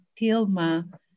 tilma